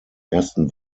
ersten